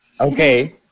Okay